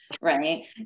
Right